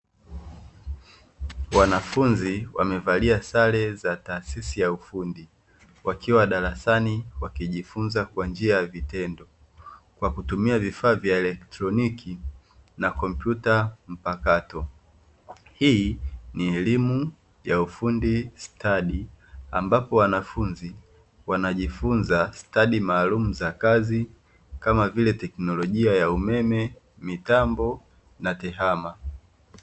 Wanafunzi wamevalia sare za taasisi ya ufundi, wakiwa darasani wakijifunza kwa njia ya vitendo, kwa kutumia vifaa vya kielektroniki na kompyuta mpakato. Hii ni elimu ya ufundi stadi ambapo wanafunzi wanajifunza stadi maalumu za kazi kama vile teknolojia ya umeme, mitambo na tehama.